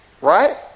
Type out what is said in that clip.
Right